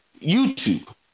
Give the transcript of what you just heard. YouTube